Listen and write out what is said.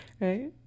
right